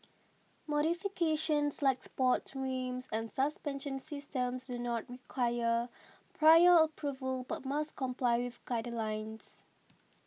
modifications like sports rims and suspension systems do not require prior approval but must comply with guidelines